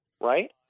right